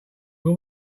will